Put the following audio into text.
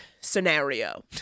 scenario